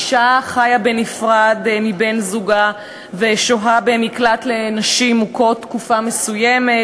אישה החיה בנפרד מבן-זוגה ושוהה במקלט לנשים מוכות תקופה מסוימת